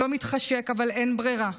לא מתחשק, אבל אין ברירה.